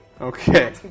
Okay